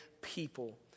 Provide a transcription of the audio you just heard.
people